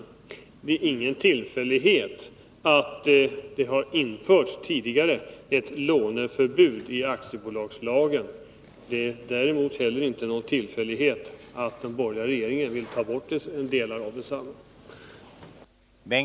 Det är heller ingen tillfällighet att det tidigare har införts ett låneförbud i aktiebolagslagen, och det är inte heller någon tillfällighet att den borgerliga regeringen vill ta bort vissa delar av den.